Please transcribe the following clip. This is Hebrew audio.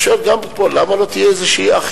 אני שואל גם פה, למה לא תהיה איזו אחידות?